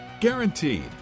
Guaranteed